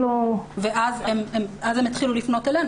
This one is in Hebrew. אז הם התחילו לפנות אלינו.